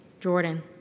Jordan